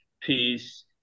peace